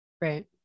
Right